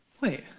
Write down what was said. Wait